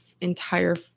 entire